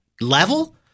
level